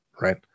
right